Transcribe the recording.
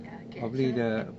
ya can also lah can